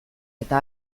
eta